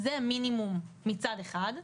זה מינימום מצד אחד,